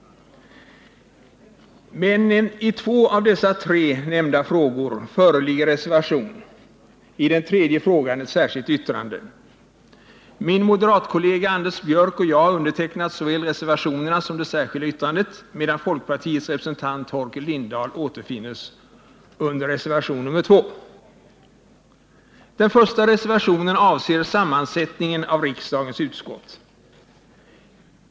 Men till två av de tre nämnda frågorna har fogats reservation och till den tredje ett särskilt yttrande. Min moderatkollega Anders Björck och jag har varit med om såväl de båda reservationerna som det särskilda yttrandet, medan folkpartiets representant Torkel Lindahl återfinns endast vid reservationen 2. Den första reservationen avser sammansättningen av riksdagens utskott.